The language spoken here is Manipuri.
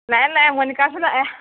ꯂꯥꯛꯑꯦ ꯂꯥꯛꯑꯦ ꯃꯣꯅꯤꯀꯥꯁꯨ ꯂꯥꯛꯑꯦ